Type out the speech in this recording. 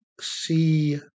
see